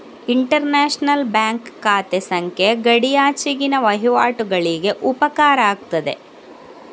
inter national bank ಖಾತೆ ಸಂಖ್ಯೆ ಗಡಿಯಾಚೆಗಿನ ವಹಿವಾಟುಗಳಿಗೆ ಉಪಕಾರ ಆಗ್ತದೆ